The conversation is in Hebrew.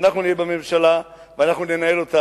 שכשאנחנו נהיה בממשלה וננהל אותה,